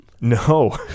No